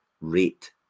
rate